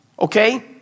okay